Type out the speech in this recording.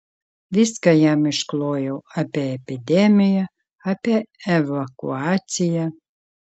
viską jam išklojau apie epidemiją apie evakuaciją